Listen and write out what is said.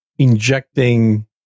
injecting